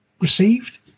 received